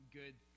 good